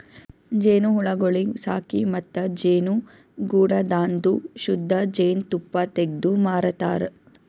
ಜೇನುಹುಳಗೊಳಿಗ್ ಸಾಕಿ ಮತ್ತ ಜೇನುಗೂಡದಾಂದು ಶುದ್ಧ ಜೇನ್ ತುಪ್ಪ ತೆಗ್ದು ಮಾರತಾರ್